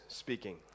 speaking